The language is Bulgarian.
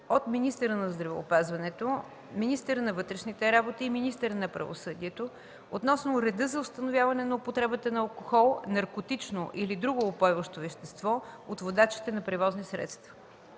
от министъра на здравеопазването, министъра на вътрешните работи и министъра на правосъдието относно реда за установяване на употребата на алкохол, наркотично или друго упойващо вещество от водачите на превозни средства.